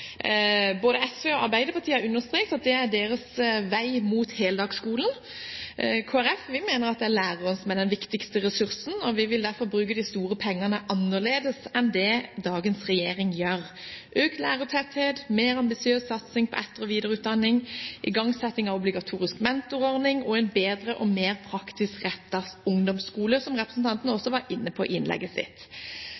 Både SV og Arbeiderpartiet har understreket at det er deres vei mot heldagsskolen. Kristelig Folkeparti mener at det er læreren som er den viktigste ressursen, og vi vil derfor bruke de store pengene annerledes enn det dagens regjering gjør: på økt lærertetthet, mer ambisiøs satsing på etter- og videreutdanning, igangsetting av obligatorisk mentorordning og en bedre og mer praktisk rettet ungdomsskole, som representanten